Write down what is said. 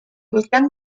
volcán